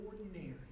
ordinary